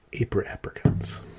apricots